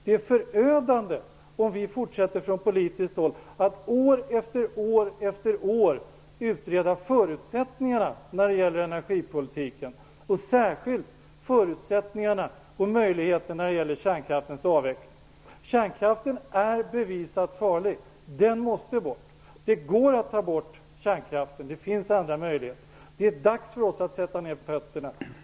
Det är förödande om vi från politiskt håll fortsätter att år efter år utreda förutsättningarna för energipolitiken och särskilt möjligheterna att avveckla kärnkraften. Herr talman! Kärnkraften är farlig, det är bevisat. Den måste bort. Det går att ta bort kärnkraften. Det finns andra möjligheter. Det är dags för oss att sätta ned fötterna.